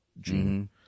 gene